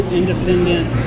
independent